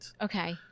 Okay